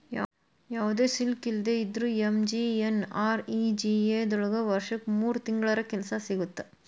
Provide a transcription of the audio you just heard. ಯಾವ್ದು ಸ್ಕಿಲ್ ಇಲ್ದೆ ಇದ್ರೂ ಎಂ.ಜಿ.ಎನ್.ಆರ್.ಇ.ಜಿ.ಎ ದೊಳಗ ವರ್ಷಕ್ ಮೂರ್ ತಿಂಗಳರ ಕೆಲ್ಸ ಸಿಗತ್ತ